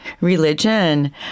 religion